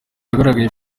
yagaragaye